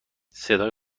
صدای